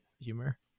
humor